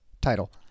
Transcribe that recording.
title